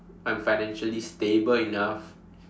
I'm financially stable enough